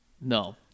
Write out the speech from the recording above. No